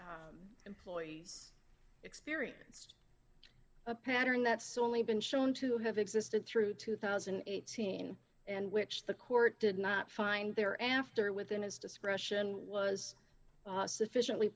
employees experienced a pattern that's only been shown to have existed through two thousand and eighteen and which the court did not find there after within his discretion was sufficiently